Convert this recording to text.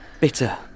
bitter